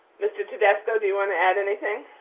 mr. tedesco, do you wanna add anything?